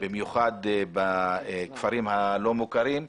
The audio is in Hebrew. במיוחד בכפרים הלא מוכרים,